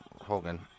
Hogan